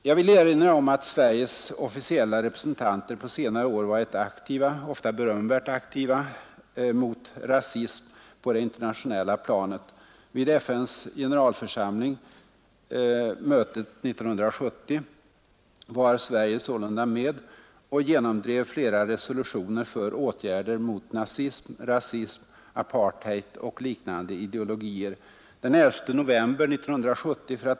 Jag vill erinra om att Sveriges officiella representanter på senare år Nr 115 varit aktiva, ofta berömvärt aktiva, mot rasism på det internationella Torsdagen den planet. Vid FN:s generalförsamlings möte 1970 var Sverige sålunda med 28 oktober 1971 och genomdrev flera resolutioner för åtgärder mot nazism, rasism, apartheid och liknande ideologier. Den 11 november, för att ta ett Ang.